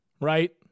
Right